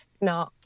no